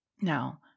Now